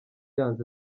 yanze